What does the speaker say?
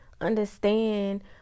understand